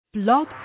Blog